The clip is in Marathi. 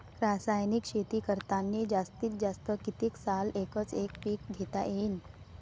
रासायनिक शेती करतांनी जास्तीत जास्त कितीक साल एकच एक पीक घेता येईन?